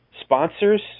sponsors